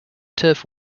turf